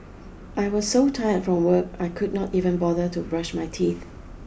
I was so tired from work I could not even bother to brush my teeth